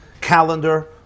calendar